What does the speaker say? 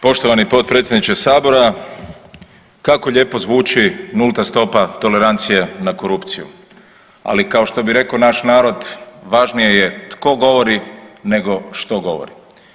Poštovani Potpredsjedniče Sabora kako lijepo zvuči nulta stopa tolerancije na korupcije, ali kao što bi rekao naš narod važnije je tko govori, nego što govori.